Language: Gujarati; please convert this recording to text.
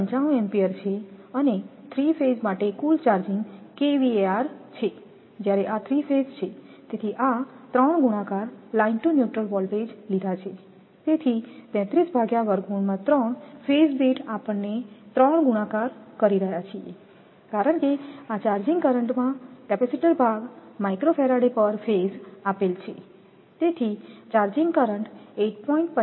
95 એમ્પીયર છે હવે 3 ફેઝ માટે કુલ ચાર્જિંગ kVAr છે જ્યારે આ 3 ફેઝ છે તેથી આ 3 ગુણાકાર લાઇન ટુ ન્યુટ્રલ વોલ્ટેજ લીધા છે છે તેથી ફેઝ દીઠ આપણે 3 ગુણાકાર કરી રહ્યા છીએ કારણ કે આ ચાર્જિંગ કરંટમાં કેપેસિટર ભાગ Fphase આપેલ છે તેથી ચાર્જિંગકરંટ 8